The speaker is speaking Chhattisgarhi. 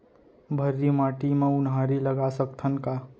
भर्री माटी म उनहारी लगा सकथन का?